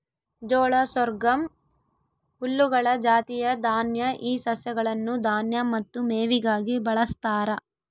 ಜೋಳ ಸೊರ್ಗಮ್ ಹುಲ್ಲುಗಳ ಜಾತಿಯ ದಾನ್ಯ ಈ ಸಸ್ಯಗಳನ್ನು ದಾನ್ಯ ಮತ್ತು ಮೇವಿಗಾಗಿ ಬಳಸ್ತಾರ